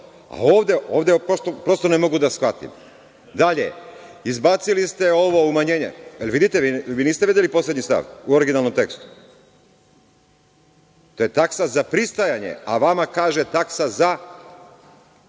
Ovo ovde prosto ne mogu da shvatim. Dalje, izbacili ste ovo umanjenje. Vidite, vi niste videli poslednji stav u originalnom tekstu. To je taksa za pristajanje, a vama kaže taksa za